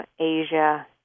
Asia